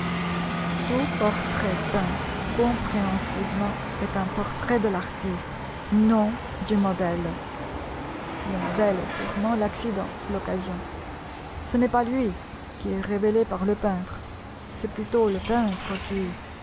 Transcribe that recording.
portrait peint compréhensivement est un portrait de l'artiste non du modèle le modèle est purement l'accident l'occasion ce n'est pas lui qui est révélé par le peintre c'est plutôt le